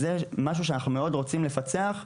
אז זה משהו שאנחנו מאוד רוצים לפצח,